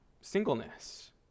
singleness